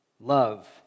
love